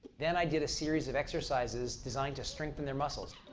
then i did a series of exercises designed to strengthen their muscles.